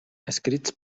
escrits